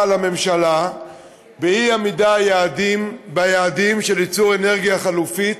על הממשלה על אי-עמידה ביעדים של ייצור אנרגיה חלופית